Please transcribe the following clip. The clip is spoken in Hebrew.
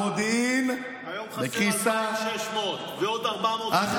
היום חסרים 2,600 ועוד 400, די, קשקשן.